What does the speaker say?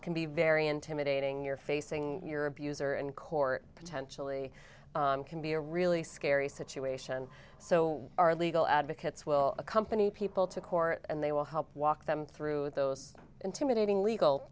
can be very intimidating you're facing your abuser in court potentially can be a really scary situation so our legal advocates will accompany people to court and they will help walk them through those intimidating legal